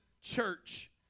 church